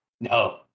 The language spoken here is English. No